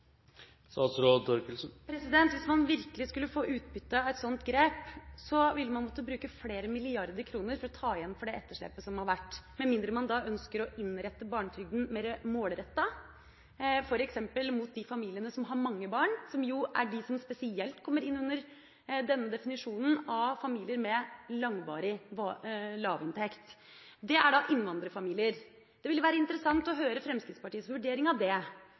Hvis man virkelig skulle få utbytte av et slikt grep, ville man måtte bruke flere milliarder kroner for å ta igjen for det etterslepet som har vært, med mindre man ønsker å innrette barnetrygden mer målrettet, f.eks. mot de familiene som har mange barn, som jo er de som spesielt kommer inn under definisjonen av langvarig lav inntekt. Det er innvandrerfamilier. Det ville være interessant å høre Fremskrittspartiets vurdering av det.